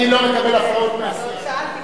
אני לא מקבל הפרעות מהסיעה.